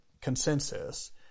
consensus